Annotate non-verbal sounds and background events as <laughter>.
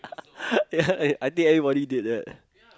<laughs> ya I I think everybody did that